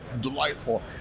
delightful